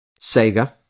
Sega